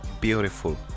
beautiful